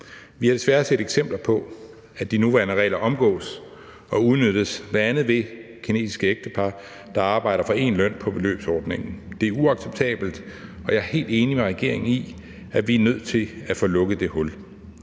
Vi har desværre set eksempler på, at de nuværende regler omgås og udnyttes, bl.a. ved kinesiske ægtepar, der arbejder for én løn på beløbsordningen. Det er uacceptabelt, og jeg er helt enig med regeringen i, at vi er nødt til at få lukket det hul.